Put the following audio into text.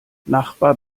nachbar